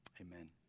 amen